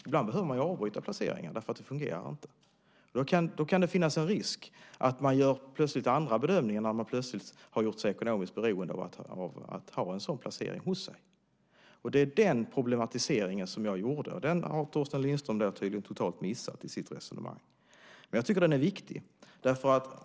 Ibland behöver man ju avbryta en placering därför att det inte fungerar. Det kan finnas en risk att man gör andra bedömningar när man har gjort sig ekonomiskt beroende av att ha en sådan placering hos sig. Det var det problemet jag pekade på. Det har Torsten Lindström tydligen totalt missat i sitt resonemang. Det är viktigt.